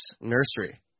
Nursery